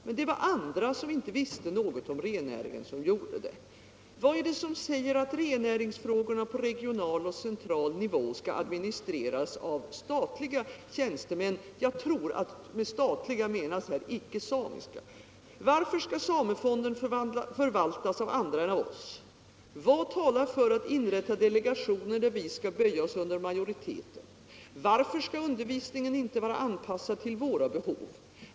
Men det var andra som icke visste något om rennäringen som gjorde det.” Vad är det som säger ”att rennäringsfrågorna på regional och central nivå skall administreras av statliga tjänstemän?” — Jag tror att med statliga tjänstemän menas här icke-samiska tjänstemän. — ”Varför skall samefonden förvaltas av andra än av oss? Vad talar för att inrätta delegationer där vi skall böja oss under majoriteten? Varför skall undervisningen inte vara anpassad till våra behov?